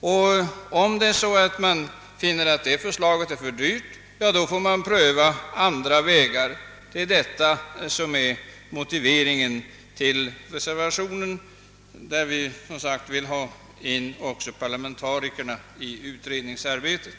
Om utredningen då finner att ett förslag är för dyrt, får man pröva andra vägar. Det är bl.a. detta som varit motiveringen för reservationen, i vilken vi sagt att vi också vill ha in parlamentarikerna i utredningsarbetet.